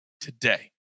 today